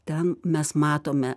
ten mes matome